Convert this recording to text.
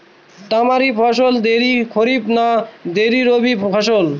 তামারি ফসল দেরী খরিফ না দেরী রবি ফসল?